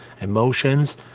emotions